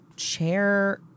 Chair